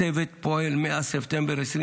הצוות פועל מאז ספטמבר 2024